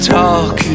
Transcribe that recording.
talk